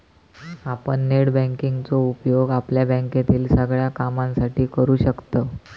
आपण net banking चो उपयोग आपल्या बँकेतील सगळ्या कामांसाठी करू शकतव